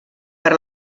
per